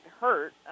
hurt